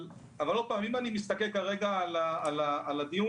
אבל אם אני מסכל כרגע על הדיון,